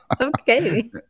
Okay